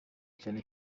cyane